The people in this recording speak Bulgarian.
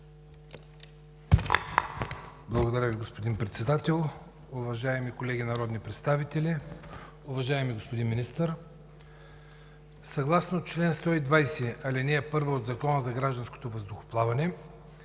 Благодаря Ви, господин Председател. Уважаеми колеги народни представители, уважаеми господин Министър! Съгласно чл. 120, ал. 1 от Закона за гражданското въздухоплаване